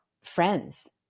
friends